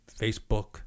Facebook